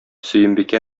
сөембикә